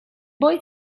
boy